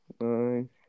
nine